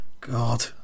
God